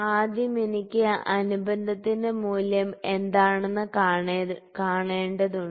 ആദ്യം എനിക്ക് അനുബന്ധത്തിന്റെ മൂല്യം എന്താണെന്ന് കാണേണ്ടതുണ്ട്